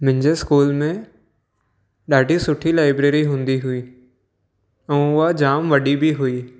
मुंजे स्कूल में ॾाढी सुठी लाइब्रेरी हूंदी हुई ऐं उहा जाम वॾी बि हुई